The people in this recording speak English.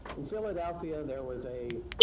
in philadelphia, there was a